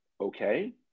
Okay